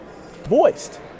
voiced